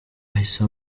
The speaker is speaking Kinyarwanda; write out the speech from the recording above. ahise